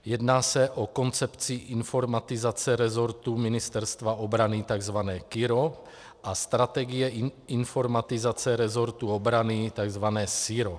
Jedná se o koncepci informatizace resortu Ministerstva obrany, takzvané KIRO, a strategii informatizace resortu obrany, takzvané SIRO.